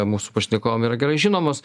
mūsų pašnekovam yra gerai žinomos